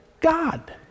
God